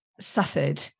suffered